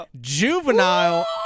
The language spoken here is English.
Juvenile